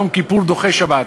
יום כיפור דוחה שבת,